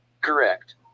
correct